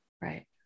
Right